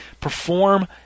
perform